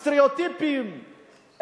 הסטריאוטיפים,